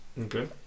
Okay